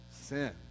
sin